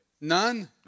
None